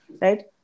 right